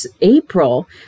April